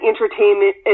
entertainment